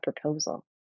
proposal